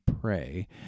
Pray